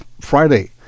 Friday